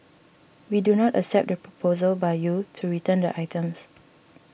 we do not accept the proposal by you to return the items